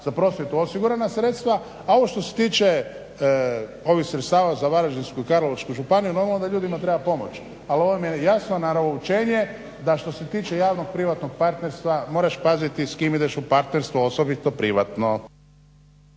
za prosvjetu osigurana sredstva a ovo što se tiče ovih sredstava za Varaždinsku i Karlovačku županiju normalno da ljudima treba pomoć. Ali ovo vam je jasno naravučenje da što se tiče javno-privatnog partnerstva moraš paziti s kim ideš u partnerstvo osobito privatno.